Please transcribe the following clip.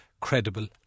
credible